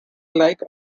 like